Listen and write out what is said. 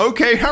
Okay